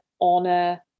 honor